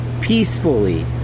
peacefully